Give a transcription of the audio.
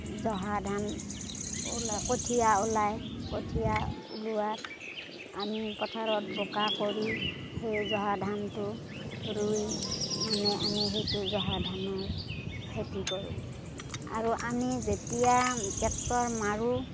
জহা ধান ওলাই কঠিয়া ওলাই কঠিয়া ওলোৱাত আমি পথাৰত বোকা কৰি সেই জহা ধানটো ৰুই মানে আমি সেইটো জহা ধানৰ খেতি কৰোঁ আৰু আমি যেতিয়া টেক্টৰ মাৰো